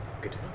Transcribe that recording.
Good